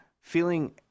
feeling